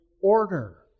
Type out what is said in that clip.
order